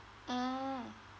mm